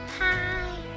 Hi